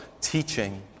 teaching